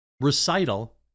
recital